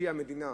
תשקיע המדינה